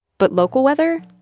but local weather,